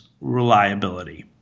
reliability